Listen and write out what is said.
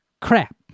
crap